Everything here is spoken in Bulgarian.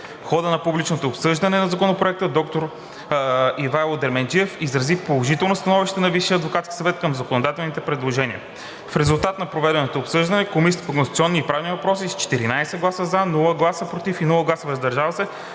хода на публичното обсъждане на Законопроекта доктор Ивайло Дерменджиев изрази положителното становище на Висшия адвокатски съвет към законодателните предложения. В резултат на проведеното обсъждане Комисията по конституционни и правни въпроси, с 14 гласа „за“, без „против“ и „въздържал се“,